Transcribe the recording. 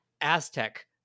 Aztec